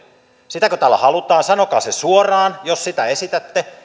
sitäkö täällä halutaan sanokaa se suoraan jos sitä esitätte